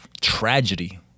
tragedy